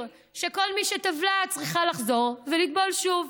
שכל מי שטבלה צריכה לחזור ולטבול שוב.